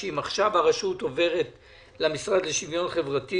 שאם עכשיו הרשות עוברת למשרד לשוויון חברתי